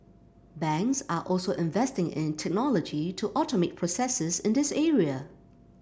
banks are also investing in technology to automate processes in this area